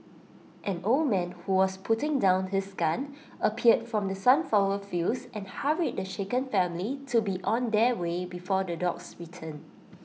an old man who was putting down his gun appeared from the sunflower fields and hurried the shaken family to be on their way before the dogs return